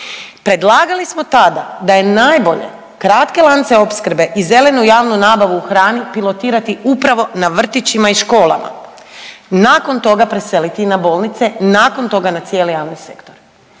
Predlagali smo tada da je najbolje kratke lance opskrbe i zelenu javnu nabavu pilotirati upravo na vrtićima i školama, nakon preseliti na bolnice, nakon toga na cijeli javni sektor.